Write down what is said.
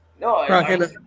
No